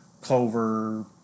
clover